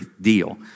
deal